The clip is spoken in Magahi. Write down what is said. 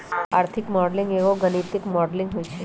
आर्थिक मॉडलिंग एगो गणितीक मॉडलिंग होइ छइ